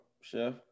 chef